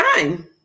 time